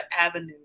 avenue